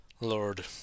Lord